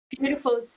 Beautiful